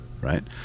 right